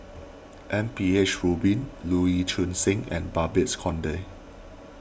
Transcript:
M P H Rubin Lee Choon Seng and Babes Conde